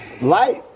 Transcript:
life